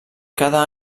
cada